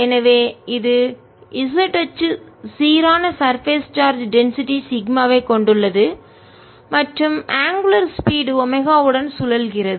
எனவே இது z அச்சு சீரான சர்பேஸ் மேற்பரப்பு சார்ஜ் டென்சிட்டி அடர்த்தி சிக்மாவைக் கொண்டுள்ளது மற்றும் ஆங்குலர் ஸ்பீட் கோண வேகம் ஒமேகா வுடன் சுழல்கிறது